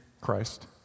Christ